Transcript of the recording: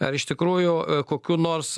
ar iš tikrųjų kokiu nors